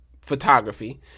photography